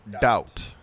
doubt